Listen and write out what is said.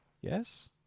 Yes